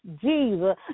Jesus